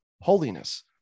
holiness